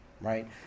Right